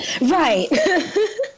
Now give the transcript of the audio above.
right